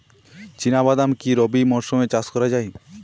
চিনা বাদাম কি রবি মরশুমে চাষ করা যায়?